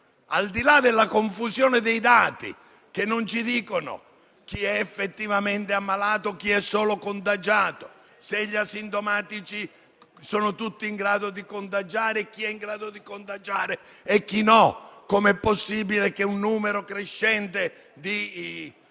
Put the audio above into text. al di là della confusione dei dati, che non ci dicono chi è effettivamente ammalato e chi è solo contagiato; se gli asintomatici sono tutti in grado di contagiare; chi è in grado di contagiare e chi no; come è possibile che un numero crescente di